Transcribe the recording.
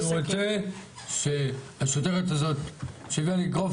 אני רוצה שהשוטרת הזאת שנתנה לי אגרוף